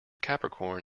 capricorn